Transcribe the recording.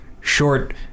short